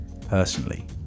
personally